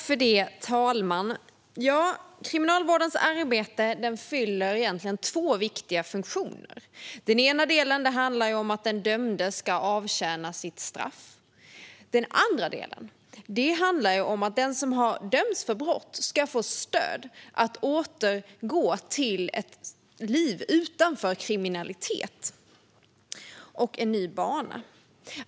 Fru talman! Kriminalvårdens arbete fyller egentligen två viktiga funktioner. Den ena delen handlar om att den dömde ska avtjäna sitt straff. Den andra delen handlar om att den som har dömts för brott ska få stöd att återgå till ett liv utanför kriminalitet och till en ny bana.